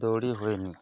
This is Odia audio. ଦୌଡ଼ି ହୁଏନି